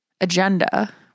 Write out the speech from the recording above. agenda